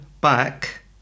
back